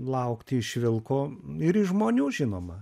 laukti iš vilko ir iš žmonių žinoma